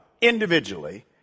individually